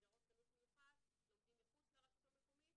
במסגרות חינוך מיוחד לומדים מחוץ לרשות המקומית